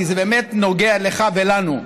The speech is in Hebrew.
כי זה באמת נוגע לך ולנו.